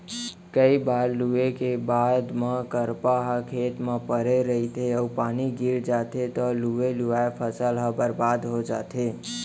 कइ बार लूए के बाद म करपा ह खार म परे रहिथे अउ पानी गिर जाथे तव लुवे लुवाए फसल ह बरबाद हो जाथे